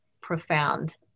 profound